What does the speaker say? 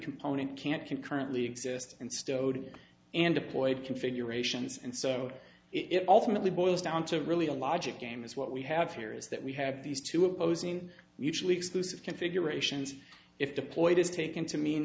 component can't concurrently exist and stowed in an deployed configurations and so it ultimately boils down to really a logic game is what we have here is that we have these two opposing mutually exclusive configurations if deployed is taken to mean